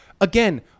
again